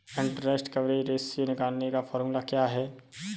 Interest coverage ratio निकालने का formula क्या है?